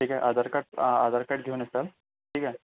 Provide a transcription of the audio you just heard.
ठीक आहे Aadhaar card Aadhaar card घेऊन येसाल ठीक आहे